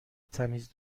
تمیز